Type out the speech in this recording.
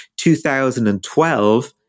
2012